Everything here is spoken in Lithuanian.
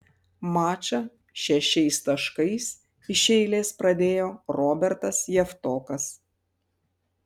mačą šešiais taškais iš eilės pradėjo robertas javtokas